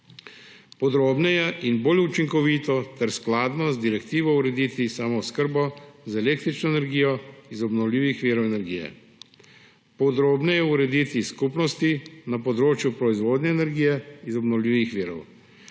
podrobneje in bolj učinkovito ter skladno z direktivo urediti samooskrbo z električno energijo iz obnovljivih virov energije; podrobneje urediti skupnosti na področju proizvodnje energije iz obnovljivih virov;